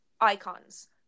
icons